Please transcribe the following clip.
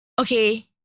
Okay